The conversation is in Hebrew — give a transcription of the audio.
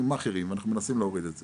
מאכערים ואנחנו מנסים להוריד את זה.